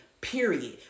period